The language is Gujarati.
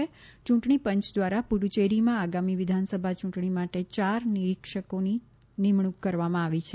યૂંટણી પંચ દ્વારા પુદૃચેરીમાં આગામી વિધાનસભા ચૂંટણી માટે ચાર નિરીક્ષકોની નિમણૂક કરવા આવી છે